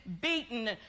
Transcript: beaten